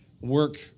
work